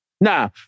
nah